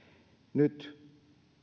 nyt